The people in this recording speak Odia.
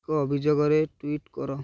ଏକ ଅଭିଯୋଗରେ ଟୁଇଟ୍ କର